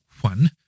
one